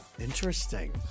Interesting